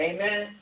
Amen